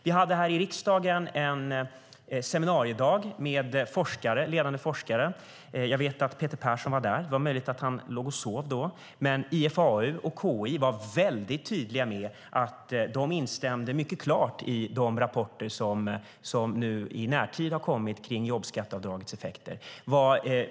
Vi hade en seminariedag här i riksdagen med ledande forskare. Jag vet att Peter Persson var där. Det är möjligt att han låg och sov då. Men IFAU och KI var mycket tydliga med att de instämde mycket klart i de rapporter som har kommit i närtid om jobbskatteavdragets effekter.